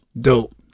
dope